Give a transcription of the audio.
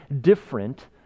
different